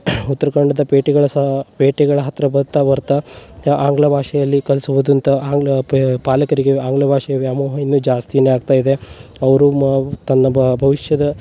ಉತ್ರ ಕನ್ನಡದ ಪೇಟೆಗಳ ಸಾ ಪೇಟೆಗಳ ಹತ್ತಿರ ಬರ್ತಾ ಬರ್ತಾ ಯಾ ಆಂಗ್ಲ ಭಾಷೆಯಲ್ಲಿ ಕಲಿಸುವುದಂತ ಆಂಗ್ಲ ಪಾಲಕರಿಗೆ ಆಂಗ್ಲ ಭಾಷೆಯ ವ್ಯಾಮೋಹ ಇನ್ನೂ ಜಾಸ್ತಿಯೇ ಆಗ್ತಾ ಇದೆ ಅವರು ಮ ತನ್ನ ಭವಿಷ್ಯದ